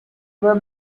were